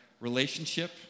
relationship